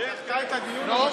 היא דחתה את הדיון בנושא.